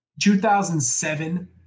2007